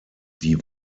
die